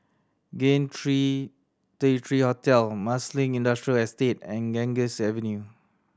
Raintr three Hotel Marsiling Industrial Estate and Ganges Avenue